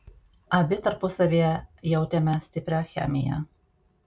abi tarpusavyje jautėme stiprią chemiją